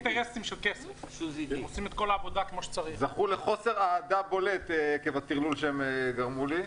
הם זכו לחוסר אהדה בולט בטרלול שהם גרמו לי.